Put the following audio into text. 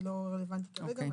זה לא רלוונטי כרגע.